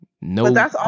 no